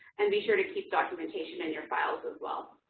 and be sure to keep documentation in your files as well.